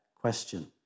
question